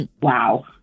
Wow